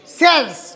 cells